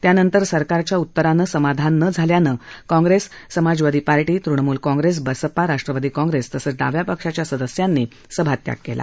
त्यानंतर सरकारच्या उत्तरानं समाधान न झाल्यानं काँग्रेस समाजवादी पार्टी तृणमुल काँग्रेस बसपा राष्ट्रवादी काँग्रेस तसंच डाव्या पक्षाच्या सदस्यांनी सभात्याग केला